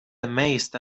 amazed